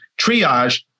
triage